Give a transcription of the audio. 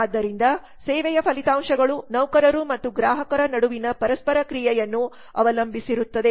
ಆದ್ದರಿಂದ ಸೇವೆಯ ಫಲಿತಾಂಶಗಳು ನೌಕರರು ಮತ್ತು ಗ್ರಾಹಕರ ನಡುವಿನ ಪರಸ್ಪರ ಕ್ರಿಯೆಯನ್ನು ಅವಲಂಬಿಸಿರುತ್ತದೆ